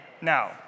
now